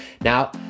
Now